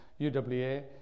UWA